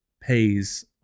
pays